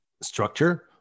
Structure